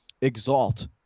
exalt